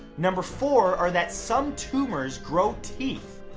number four, are that some tumors grow teeth.